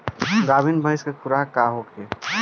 गाभिन भैंस के खुराक का होखे?